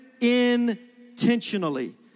intentionally